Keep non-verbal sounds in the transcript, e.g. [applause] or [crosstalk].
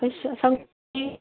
ꯑꯁ [unintelligible]